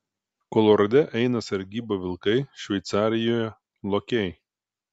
kolorade eina sargybą vilkai šveicarijoje lokiai